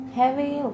heavy